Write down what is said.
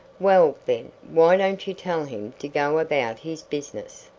well, then, why don't you tell him to go about his business?